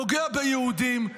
פוגע ביהודים,